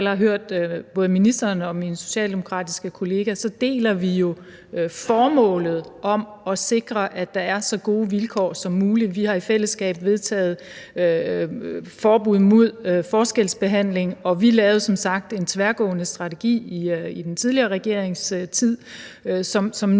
hvert fald har hørt både ministeren og min socialdemokratiske kollega, deler vi jo formålet om at sikre, at der er så gode vilkår som muligt. Vi har i fællesskab vedtaget forbud mod forskelsbehandling, og vi lavede som sagt en tværgående strategi i den tidligere regerings tid,